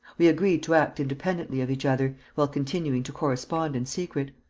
we agreed to act independently of each other, while continuing to correspond in secret.